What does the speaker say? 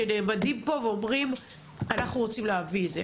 שנעמדים פה ואומרים שהם רוצים להביא את זה.